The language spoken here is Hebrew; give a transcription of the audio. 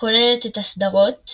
כוללת את הסדרות